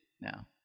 now